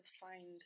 find